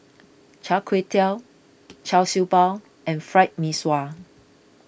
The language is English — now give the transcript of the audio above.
Char Kway Teow Char Siew Bao and Fried Mee Sua